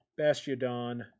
Bastiodon